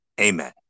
amen